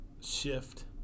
shift